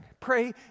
Pray